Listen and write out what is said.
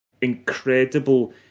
incredible